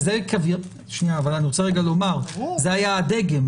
שנייה, אבל אני רוצה רגע לומר, זה היה הדגם.